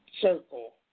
circle